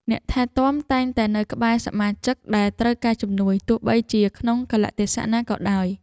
អ្នកថែទាំតែងតែនៅក្បែរសមាជិកដែលត្រូវការជំនួយទោះបីជាក្នុងកាលៈទេសៈណាក៏ដោយ។